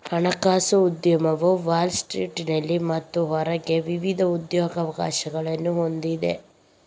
ಹಣಕಾಸು ಉದ್ಯಮವು ವಾಲ್ ಸ್ಟ್ರೀಟಿನಲ್ಲಿ ಮತ್ತು ಹೊರಗೆ ವಿವಿಧ ಉದ್ಯೋಗಾವಕಾಶಗಳನ್ನು ಹೊಂದಿದೆ